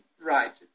right